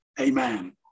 Amen